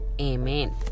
Amen